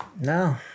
No